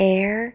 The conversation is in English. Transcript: Air